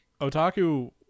Otaku